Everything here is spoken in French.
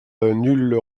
nulle